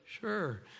sure